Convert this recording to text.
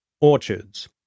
Orchards